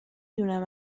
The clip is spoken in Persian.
دونم